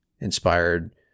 inspired